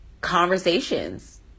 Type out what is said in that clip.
conversations